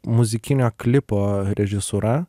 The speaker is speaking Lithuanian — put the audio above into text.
muzikinio klipo režisūra